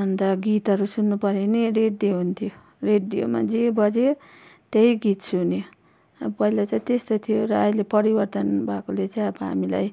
अन्त गीतहरू सुन्नु पर्यो भने रेडियो हुन्थ्यो रेडियोमा जे बज्यो त्यही गीत सुन्यो अब पहिला चाहिँ त्यस्तो थियो र अहिले परिवर्तन भएकोले चाहिँ अब हामीलाई